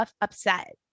upset